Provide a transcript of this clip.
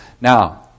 Now